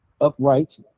upright